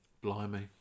Blimey